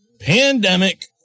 pandemic